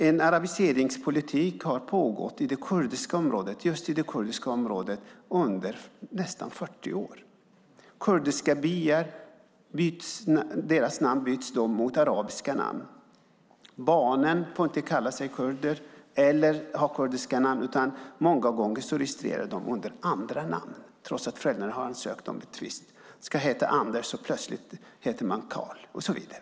En arabiseringspolitik har pågått i just det kurdiska området under nästan 40 år. Namnen på kurdiska byar byts ut mot arabiska namn. Barnen får inte kalla sig kurder eller ha kurdiska namn. Många gånger registreras barnen under andra namn än de namn som föräldrarna har ansökt om. Om föräldrarna har angett att barnet ska heta till exempel Anders så uppges det plötsligt att barnet heter Karl och så vidare.